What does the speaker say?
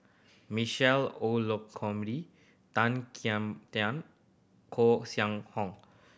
Michael Olcomendy Tan Kim Tian Koeh Sia Hong